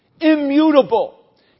immutable